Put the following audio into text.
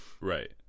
Right